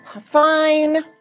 Fine